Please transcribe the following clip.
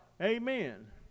Amen